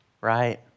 right